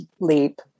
leap